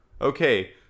okay